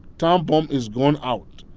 time bomb is gone out.